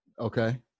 Okay